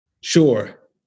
sure